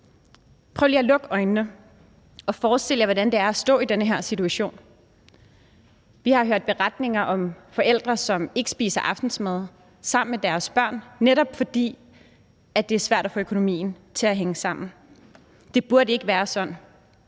Prøv lige at lukke øjnene og forestille jer, hvordan det er at stå i den her situation. Vi har hørt beretninger om forældre, som ikke spiser aftensmad sammen med deres børn, netop fordi det er svært at få økonomien til at hænge sammen. Det burde ikke være sådan.